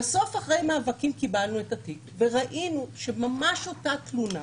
אחרי מאבקים קיבלנו את התיק וראינו שממש אותה תלונה,